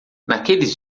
naqueles